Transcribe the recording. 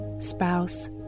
spouse